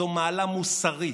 זו מעלה מוסרית,